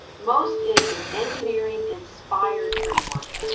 most is an engineering-inspired framework.